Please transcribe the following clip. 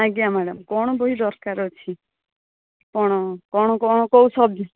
ଆଜ୍ଞା ମ୍ୟାଡମ୍ କ'ଣ ବହି ଦରକାର ଅଛି କ'ଣ କ'ଣ କ'ଣ କେଉଁ ସବ୍ଜେକ୍ଟ୍